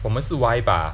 我们是 Y bah